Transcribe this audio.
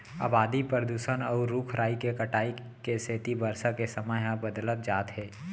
अबादी, परदूसन, अउ रूख राई के कटाई के सेती बरसा के समे ह बदलत जात हे